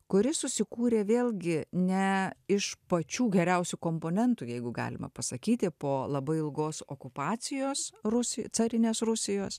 kuri susikūrė vėlgi ne iš pačių geriausių komponentų jeigu galima pasakyti po labai ilgos okupacijos rusi carinės rusijos